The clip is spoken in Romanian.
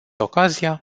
ocazia